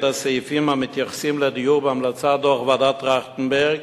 הסעיפים המתייחסים לדיור בהמלצת דוח ועדת-טרכטנברג,